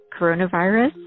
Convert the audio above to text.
coronavirus